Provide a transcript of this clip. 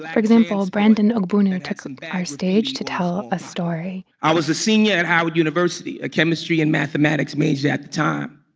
for example, brandon ogbunu took um but our stage to tell a story i was a senior at howard university, a chemistry and mathematics major at time.